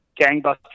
gangbusters